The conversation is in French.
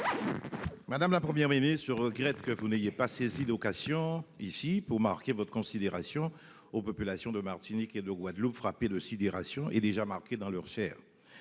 Madame, la Première ce regrette que vous n'ayez pas saisi d'occasion ici pour marquer votre considération aux populations de Martinique et de Guadeloupe, frappée de sidération est déjà marqué dans leur Chair.